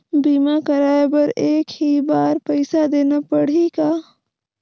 बीमा कराय बर एक ही बार पईसा देना पड़ही का?